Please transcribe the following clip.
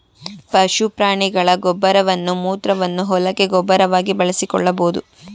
ಪಶು ಪ್ರಾಣಿಗಳ ಗೊಬ್ಬರವನ್ನು ಮೂತ್ರವನ್ನು ಹೊಲಕ್ಕೆ ಗೊಬ್ಬರವಾಗಿ ಬಳಸಿಕೊಳ್ಳಬೋದು